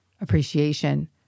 appreciation